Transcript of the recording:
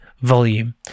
volume